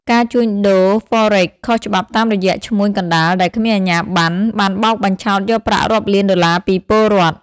ការជួញដូរហ្វរិក (Forex) ខុសច្បាប់តាមរយៈឈ្មួញកណ្តាលដែលគ្មានអាជ្ញាប័ណ្ណ បានបោកបញ្ឆោតយកប្រាក់រាប់លានដុល្លារពីពលរដ្ឋ។